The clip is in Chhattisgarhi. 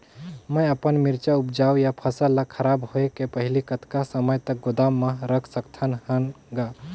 मैं अपन मिरचा ऊपज या फसल ला खराब होय के पहेली कतका समय तक गोदाम म रख सकथ हान ग?